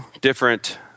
different